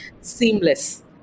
seamless